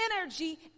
energy